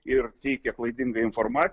ir teikia klaidingą informac